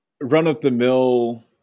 run-of-the-mill